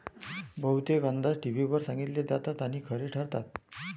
बहुतेक अंदाज टीव्हीवर सांगितले जातात आणि खरे ठरतात